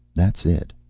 that's it.